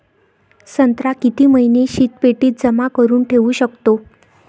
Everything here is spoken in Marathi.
संत्रा किती महिने शीतपेटीत जमा करुन ठेऊ शकतो?